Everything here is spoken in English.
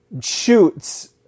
shoots